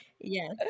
Yes